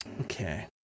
okay